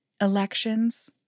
elections